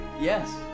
Yes